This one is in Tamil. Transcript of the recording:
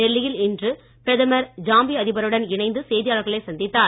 டெல்லியில் இன்று பிரதமர் ஜாம்பிய அதிபருடன் இணைந்து செய்தியாளர்களை சந்தித்தார்